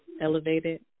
elevated